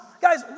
Guys